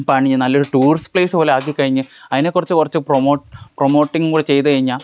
പണിഞ്ഞ് നല്ലൊരു tourist place പോലെ ആക്കി കഴിഞ്ഞ് അതിനെക്കുറിച്ച് കുറച്ച് പ്രൊമോട്ട് പ്രൊമോട്ടിങ് കൂടെ ചെയ്തു കഴിഞ്ഞാല്